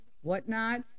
whatnot